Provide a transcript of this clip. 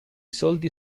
soldi